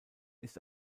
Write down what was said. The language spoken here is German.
ist